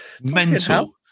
Mental